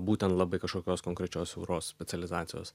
būtent labai kažkokios konkrečios siauros specializacijos